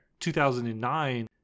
2009